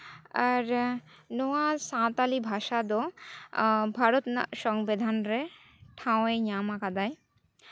ᱟᱨ ᱱᱚᱣᱟ ᱥᱟᱱᱛᱟᱲᱤ ᱵᱷᱟᱥᱟ ᱫᱚ ᱵᱷᱟᱨᱚᱛ ᱨᱮᱱᱟᱜ ᱥᱚᱝᱵᱤᱫᱷᱟᱱ ᱨᱮ ᱴᱷᱟᱶ ᱮ ᱧᱟᱢ ᱠᱟᱫᱟᱭ